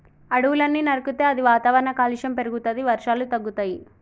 అడవుల్ని నరికితే అది వాతావరణ కాలుష్యం పెరుగుతది, వర్షాలు తగ్గుతయి